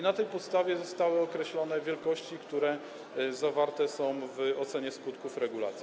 Na tej podstawie zostały określone wielkości, które zawarte są w ocenie skutków regulacji.